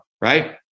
right